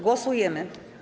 Głosujemy.